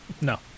No